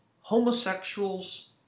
homosexuals